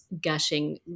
gushing